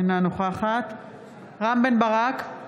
אינה נוכחת רם בן ברק,